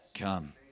come